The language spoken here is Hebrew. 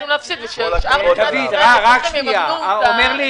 אומר לי